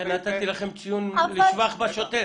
לכן נתתי לכם ציון לשבח בשוטף.